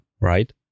right